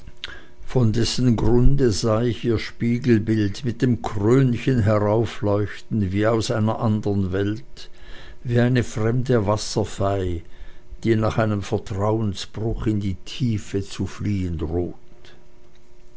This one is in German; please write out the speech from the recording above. von dessen grunde sah ich ihr spiegelbild mit dem krönchen heraufleuchten wie aus einer andern welt wie eine fremde wasserfei die nach einem vertrauens frucht in die tiefe zu fliehen droht